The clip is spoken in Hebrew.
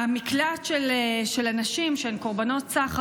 במקלט של הנשים שהן קורבנות סחר,